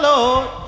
Lord